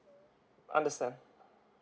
understand